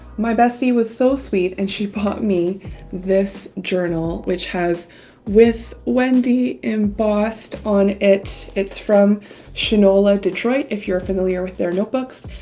my bestie was so sweet and she bought me this journal, which has with wendy embossed on it. it's from shinola detroit if you're familiar with their notebooks,